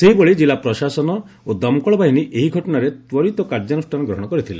ସେହିଭଳି କିଲ୍ଲୁ ପ୍ରଶାସନ ଓ ଦମକଳ ବାହିନୀ ଏହି ଘଟଣାରେ ତ୍ୱରିତ କାର୍ଯ୍ୟାନୁଷ୍ଠାନ ଗ୍ରହଶ କରିଥିଲେ